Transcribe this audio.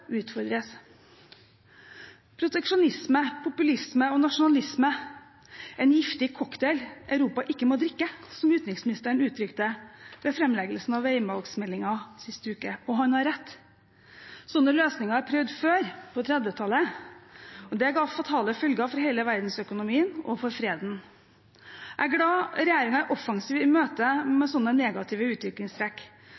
utfordres. Proteksjonisme, populisme og nasjonalisme er en giftig cocktail Europa ikke må drikke, som utenriksministeren uttrykte det under framleggelsen av veivalgsmeldingen sist uke – og han har rett. Slike løsninger er prøvd før, på 1930-tallet, og det ga fatale følger for hele verdensøkonomien og for freden. Jeg er glad regjeringen er offensiv i møte